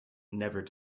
never